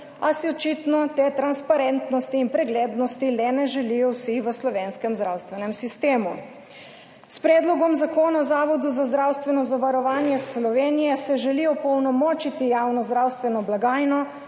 a si očitno te transparentnosti in preglednosti le ne želijo vsi v slovenskem zdravstvenem sistemu. S Predlogom zakona o Zavodu za zdravstveno zavarovanje Slovenije se želi opolnomočiti javno zdravstveno blagajno